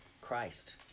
Christ